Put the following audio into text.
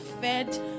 fed